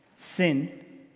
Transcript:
sin